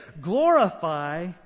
Glorify